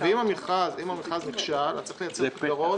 אם המכרז נכשל אז צריך לייצר פתרון,